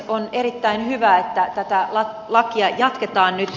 on erittäin hyvä että tätä lakia jatketaan nyt